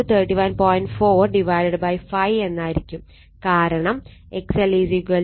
4 5 എന്നായിരിക്കും കാരണം XL 31